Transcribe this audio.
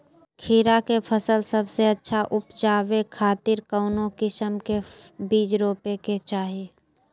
खीरा के फसल सबसे अच्छा उबजावे खातिर कौन किस्म के बीज रोपे के चाही?